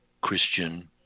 Christian